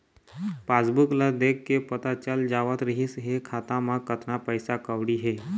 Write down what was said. passbook ल देखके पता चल जावत रिहिस हे खाता म कतना पइसा कउड़ी हे